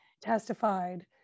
testified